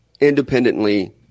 independently